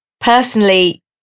personally